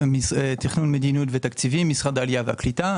מתכנון מדיניות ותקציבים, משרד העלייה והקליטה.